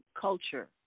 culture